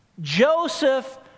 Joseph